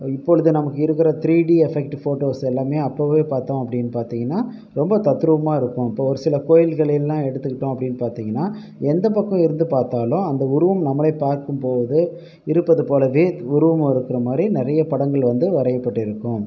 இப்பொழுது நமக்கு இருக்கிற த்ரீ டி எஃபெக்ட் ஃபோட்டோஸ் எல்லாமே அப்போவே பார்த்தோம் அப்படின்னு பார்த்தீங்கன்னா ரொம்ப தத்ரூபமாக இருக்கும் இப்போது ஒரு சில கோயில்களைன்னா எடுத்துகிட்டோம் அப்படின்னு பார்த்தீங்கன்னா எந்த பக்கம் இருந்து பாத்தாலும் அந்த உருவம் நம்மளை பார்க்கும்போது இருப்பது போலவே உருவம் இருக்கிறமாரி நிறையப் படங்கள் வந்து வரையப்பட்டு இருக்கும்